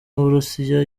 n’uburusiya